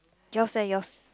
yours leh yours